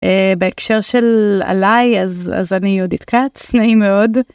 בהקשר של עלי, אז אני יהודית כץ, נעים מאוד.